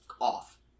off